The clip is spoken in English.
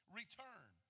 return